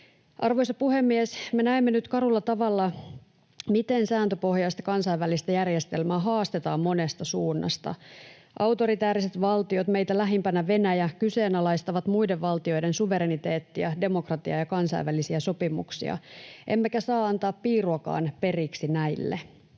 Arvoisa puhemies! Me näemme nyt karulla tavalla, miten sääntöpohjaista kansainvälistä järjestelmää haastetaan monesta suunnasta. Autoritääriset valtiot, meitä lähimpänä Venäjä, kyseenalaistavat muiden valtioiden suvereniteettia, demokratiaa ja kansainvälisiä sopimuksia, emmekä saa antaa piiruakaan periksi näille.